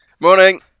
Morning